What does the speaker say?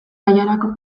bailarako